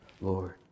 Lord